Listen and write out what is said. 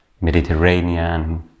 Mediterranean